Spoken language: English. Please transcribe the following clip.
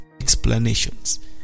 Explanations